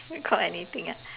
recall anything ah